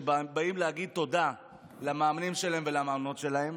שבאים להגיד תודה למאמנים שלהם ולמאמנות שלהם.